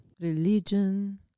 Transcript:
religion